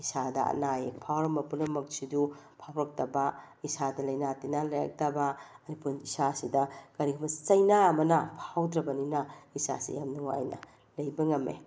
ꯏꯁꯥꯗ ꯑꯅꯥ ꯑꯌꯦꯛ ꯐꯥꯎꯔꯝꯕ ꯄꯨꯝꯅꯃꯛꯁꯤꯁꯨ ꯐꯥꯎꯔꯛꯇꯕ ꯏꯁꯥꯗ ꯂꯥꯏꯅꯥ ꯇꯤꯟꯅꯥ ꯂꯩꯔꯛꯇꯕ ꯏꯁꯥꯁꯤꯗ ꯀꯔꯤꯒꯨꯝꯕ ꯆꯩꯅꯥ ꯑꯃꯅ ꯐꯥꯎꯗ꯭ꯔꯕꯅꯤꯅ ꯏꯁꯥꯁꯦ ꯌꯥꯝ ꯅꯨꯡꯉꯥꯏꯅ ꯂꯩꯕ ꯉꯝꯃꯦ